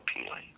appealing